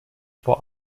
vor